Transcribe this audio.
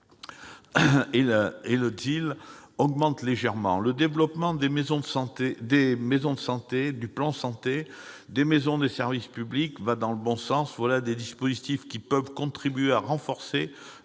et la DSIL augmentent légèrement. Le développement des maisons de santé, du plan Santé et des maisons de services au public se poursuit. Voilà des dispositifs qui peuvent contribuer à renforcer